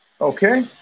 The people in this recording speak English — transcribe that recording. Okay